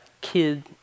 kid